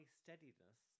steadiness